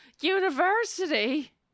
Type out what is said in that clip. university